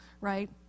right